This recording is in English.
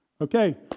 okay